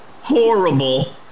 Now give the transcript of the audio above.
horrible